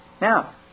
Now